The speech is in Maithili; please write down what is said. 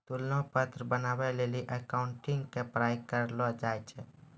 तुलना पत्र बनाबै लेली अकाउंटिंग के पढ़ाई करलो जाय छै